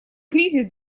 кризис